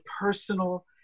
personal